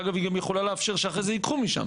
אגב, היא גם יכולה לאפשר שאחרי זה ייקחו משם.